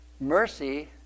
mercy